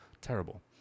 terrible